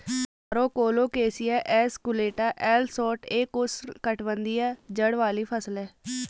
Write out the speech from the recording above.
तारो colocasia esculenta L Schott एक उष्णकटिबंधीय जड़ वाली फसल है